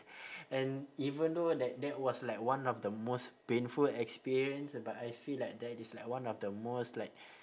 and even though that that was like one of the most painful experience but I feel like that is like one of the most like